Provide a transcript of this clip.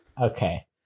Okay